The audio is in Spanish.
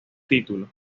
título